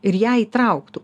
ir ją įtrauktų